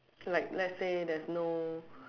like let's say there's no